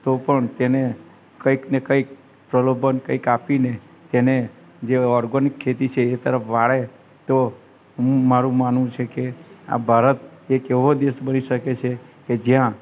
તો પણ તેને કંઈક ને કંઈક પ્રલોભન કંઈક આપીને તેને જે ઓર્ગોનિક ખેતી છે એ તરફ વાળે તો હું મારું માનવું છે કે આ ભારત એક કેવો દેશ બની શકે છે કે જ્યાં